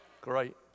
Great